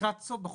ולקראת סוף 2021,